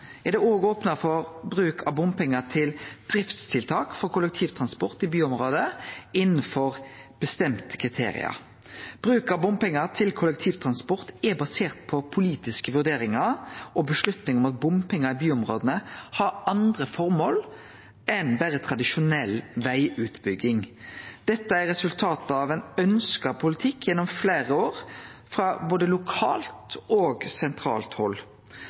er det òg opna for bruk av bompengar til driftstiltak for kollektivtransport innanfor bestemte kriterium. Bruk av bompengar til kollektivtransport er basert på politiske vurderingar og avgjerder om at bompengar i byområda har andre formål enn berre tradisjonell vegutbygging. Dette er resultat av ein ønskt politikk gjennom fleire år frå både lokalt og sentralt